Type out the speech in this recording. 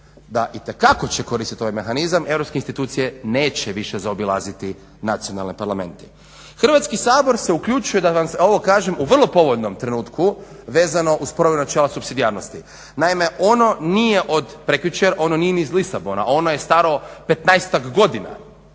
da itekako će koristiti ovaj mehanizam, europske institucije neće više zaobilaziti nacionalne parlamente. Hrvatski sabor se uključuje, da vam ovo kažem, u vrlo povoljnom trenutku vezano uz provjeru načela supsidijarnosti. Naime, ono nije od prekjučer, ono nije ni iz Lisabona, ono je staro 15-ak godina,